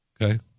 Okay